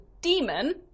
Demon